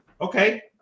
okay